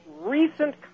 recent